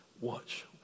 watch